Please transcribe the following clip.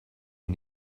you